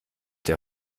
der